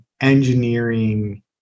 engineering